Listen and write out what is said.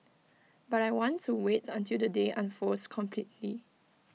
but I want to wait until the day unfolds completely